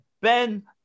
Ben